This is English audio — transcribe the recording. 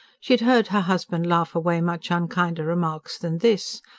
she had heard her husband laugh away much unkinder remarks than this.